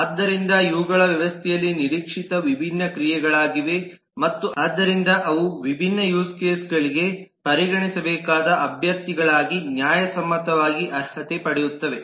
ಆದ್ದರಿಂದ ಇವುಗಳು ವ್ಯವಸ್ಥೆಯಲ್ಲಿ ನಿರೀಕ್ಷಿತ ವಿಭಿನ್ನ ಕ್ರಿಯೆಗಳಾಗಿವೆ ಮತ್ತು ಆದ್ದರಿಂದ ಅವು ವಿಭಿನ್ನ ಯೂಸ್ ಕೇಸ್ಗಳಿಗೆ ಗಳಿಗೆ ಪರಿಗಣಿಸಬೇಕಾದ ಅಭ್ಯರ್ಥಿಗಳಾಗಿ ನ್ಯಾಯಸಮ್ಮತವಾಗಿ ಅರ್ಹತೆ ಪಡೆಯುತ್ತವೆ